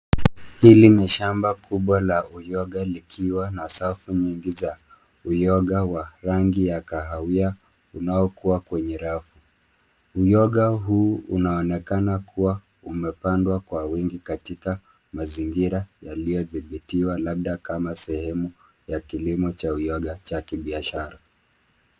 Hili ni shamba kubwa la uyoga likiwa na safu nyingi za uyoga wa rangi ya kahawia unaokua kwenye rafu. Uyoga huu unaonekana kuwa umepandwa kwa wingi katika mazingira yaliyodhibitiwa labda kama sehemu ya kilimo cha uyoga cha kibiashara.